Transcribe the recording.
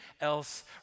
else